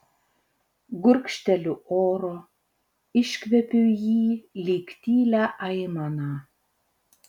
gurkšteliu oro iškvepiu jį lyg tylią aimaną